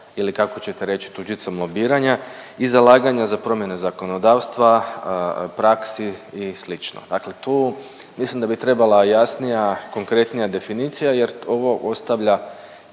ili kako ćete reći tuđicom lobiranja i zalaganja za promjene zakonodavstva, praksi i slično, dakle tu mislim da bi trebala jasnija i konkretnija definicija jer ovo ostavlja